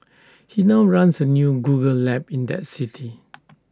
he now runs A new Google lab in that city